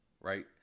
Right